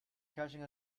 catching